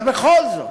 אבל בכל זאת,